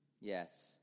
Yes